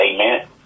Amen